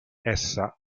essa